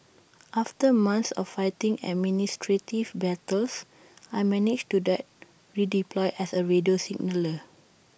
after months of fighting administrative battles I managed to get redeployed as A radio signaller